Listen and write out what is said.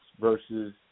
versus